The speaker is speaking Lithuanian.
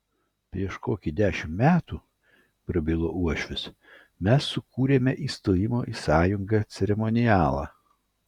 prieš kokią dešimtį metų prakalbo uošvis mes sukūrėme įstojimo į sąjungą ceremonialą